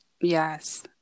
Yes